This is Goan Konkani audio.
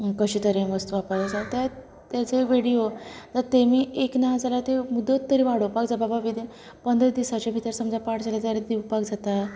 कशें तरेन वस्तू वापर जातात तेचो व्हिडियो तेमी एक नाजाल्यार तें मुदत तरी वाडोवपाक जाय बाबा विदिन पंदरा दिसांचे भितर समजा पाड जाले जाल्यार दिवपाक जाता